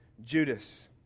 Judas